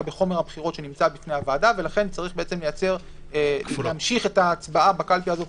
בחומר הבחירות שנמצא בפני הוועדה ולכן צריך להמשיך את ההבעה בקלפי הזו,